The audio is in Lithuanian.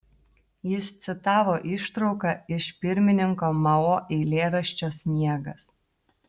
jis citavo ištrauką iš pirmininko mao eilėraščio sniegas